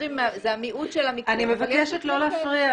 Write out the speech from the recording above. זה המיעוט של המקרים אבל יש מקרים כאלה.